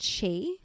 chi